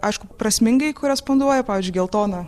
aišku prasmingai koresponduoja pavyzdžiui geltona